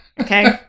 okay